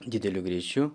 dideliu greičiu